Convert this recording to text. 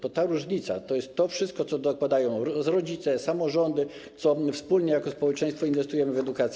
To ta różnica, to jest to wszystko, co dokładają rodzice, samorządy, co wspólnie jako społeczeństwo inwestujemy w edukację.